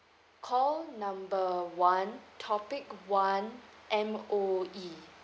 call number one topic one M_O_E